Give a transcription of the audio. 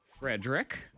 Frederick